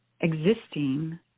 existing